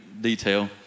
detail